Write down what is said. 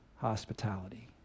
hospitality